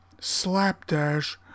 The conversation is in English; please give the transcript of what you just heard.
slapdash